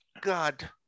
god